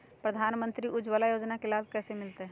प्रधानमंत्री उज्वला योजना के लाभ कैसे मैलतैय?